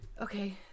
Okay